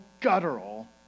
guttural